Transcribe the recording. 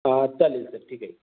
चालेल सर ठीक आहे